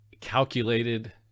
calculated